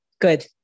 good